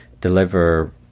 deliver